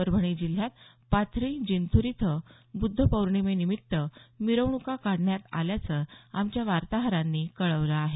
परभणी जिल्ह्यात पाथरी जिंतूर इथं बुद्ध पौर्णिमेनिमित्त मिरवणुका काढण्यात आल्याचं आमच्या वार्ताहरांनी कळवलं आहे